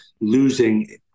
losing